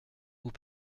vous